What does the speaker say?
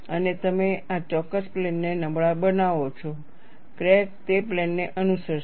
અને તમે આ ચોક્કસ પ્લેનને નબળા બનાવો છો ક્રેક તે પ્લેનને અનુસરશે